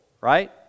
right